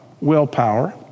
willpower